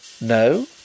No